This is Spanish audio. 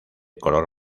color